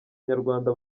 nyarwanda